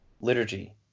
liturgy